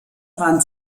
waren